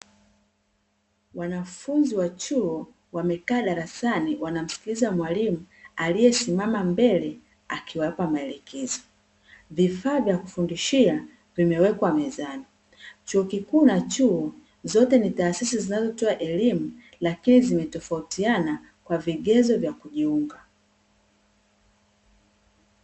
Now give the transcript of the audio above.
Wanafunzi wa chuo wamekaa darasani, wanamsikiliza mwalimu aliyesimama mbele akiwapa maelekezo, vifaa vya kufundishia vimewekwa mezani. Chuo kikuu na chuo, zote ni taasisi zinazotoa elimu lakini zimetofautiana kwa vigezo vya kujiunga.